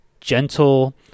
gentle